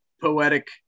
poetic